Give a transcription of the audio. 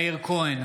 מאיר כהן,